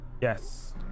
yes